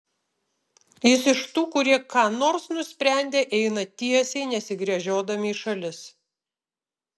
jis iš tų kurie ką nors nusprendę eina tiesiai nesigręžiodami į šalis